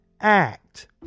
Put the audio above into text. act